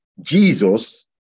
Jesus